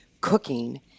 cooking